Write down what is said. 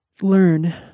learn